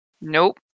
Nope